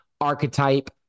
archetype